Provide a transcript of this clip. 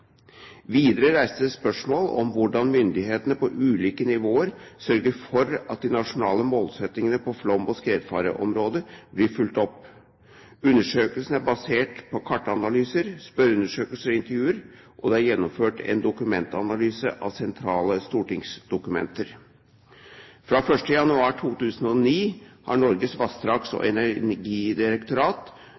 myndighetene på ulike nivåer sørger for at de nasjonale målsettingene på flom- og skredfareområdet blir fulgt opp. Undersøkelsen er basert på kartanalyser, spørreundersøkelser og intervjuer, og det er gjennomført en dokumentanalyse av sentrale stortingsdokumenter. Fra 1. januar 2009 har Norges vassdrags- og energidirektorat,